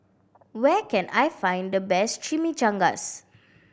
where can I find the best Chimichangas